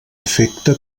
efecte